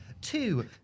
two